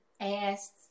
asked